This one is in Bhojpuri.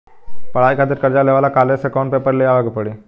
पढ़ाई खातिर कर्जा लेवे ला कॉलेज से कौन पेपर ले आवे के पड़ी?